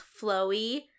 flowy